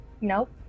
Nope